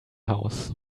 house